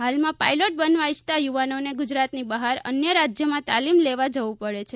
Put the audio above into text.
હાલમાં પાયલોટ બનવા ઇચ્છતા યુવાનોને ગુજરાતની બહાર અન્ય રાજ્યમાં તાલીમ લેવા જવું પડે છે